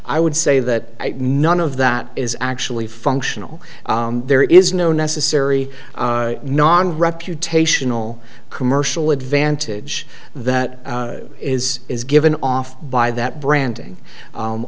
i would say that none of that is actually functional there is no necessary non reputational commercial advantage that is is given off by that branding